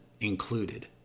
included